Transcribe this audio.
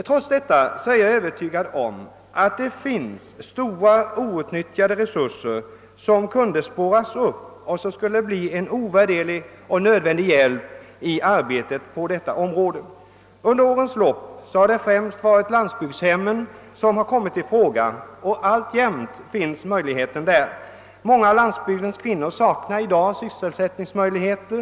Trots detta är jag övertygad om att det finns stora outnyttjade resurser som ”kunde spåras upp och som skulle bli en ovärderlig och nödvändig hjälp i arbetet på detta område. Under årens lopp har det främst varit landsbygdshemmen som kommit i fråga, och alltjämt finns möjligheter där. Många av landsbygdens kvinnor saknar i dag sysselsättningsmöjligheter.